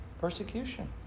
Persecution